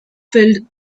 filled